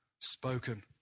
spoken